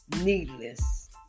Needless